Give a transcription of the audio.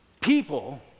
people